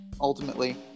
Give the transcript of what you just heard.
ultimately